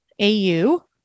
AU